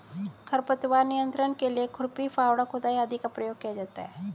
खरपतवार नियंत्रण के लिए खुरपी, फावड़ा, खुदाई आदि का प्रयोग किया जाता है